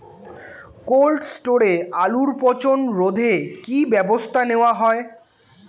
Cold স্টোরে আলুর পচন রোধে কি ব্যবস্থা নেওয়া হয়?